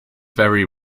very